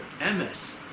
M's